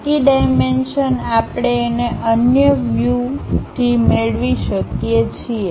બાકી ડાઈમેન્શન આપણે તેને અન્ય વ્યૂથી મેળવી શકીએ છીએ